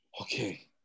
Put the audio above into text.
Okay